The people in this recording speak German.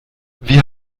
wie